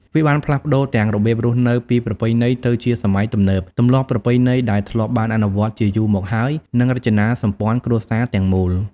វាបានផ្លាស់ប្ដូរទាំងរបៀបរស់នៅពីប្រពៃណីទៅជាសម័យទំនើប ទម្លាប់ប្រពៃណីដែលធ្លាប់បានអនុវត្តជាយូរមកហើយ និងរចនាសម្ព័ន្ធគ្រួសារទាំងមូល។